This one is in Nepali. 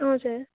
हजुर